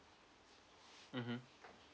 mmhmm